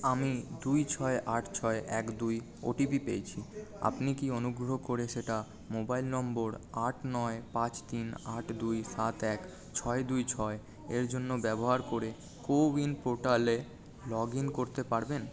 আমি দুই ছয় আট ছয় এক দুই ওটিপি পেয়েছি আপনি কি অনুগ্রহ করে সেটা মোবাইল নম্বর আট নয় পাঁচ তিন আট দুই সাত এক ছয় দুই ছয় এর জন্য ব্যবহার করে কো উইন পোর্টালে লগ ইন করতে পারবেন